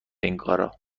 اینکارا